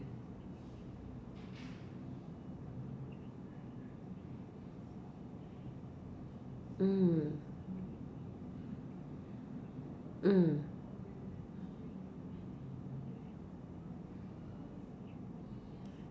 mm mm